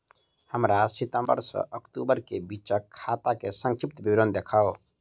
हमरा सितम्बर सँ अक्टूबर केँ बीचक खाता केँ संक्षिप्त विवरण देखाऊ?